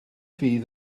fydd